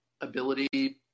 ability